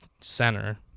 center